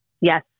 Yes